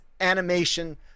animation